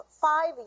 five